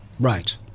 Right